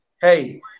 Hey